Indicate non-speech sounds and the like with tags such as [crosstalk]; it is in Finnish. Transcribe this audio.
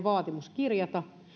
[unintelligible] vaatimus voitaisiin kirjata